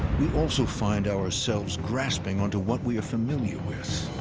we also find ourselves grasping onto what we are familiar with,